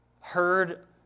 heard